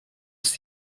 ist